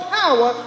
power